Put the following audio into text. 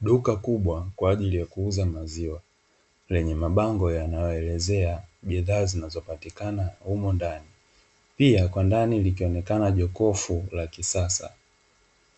Duka kubwa kwaajili ya kuuza maziwa, lenye mabango yanayoelezea bidhaa zinazopatikana humo ndani. Pia kwa ndani likionekana jokofu la kisasa,